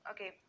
Okay